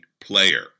player